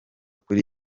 kuri